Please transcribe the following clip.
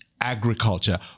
agriculture